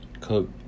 Cook